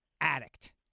addict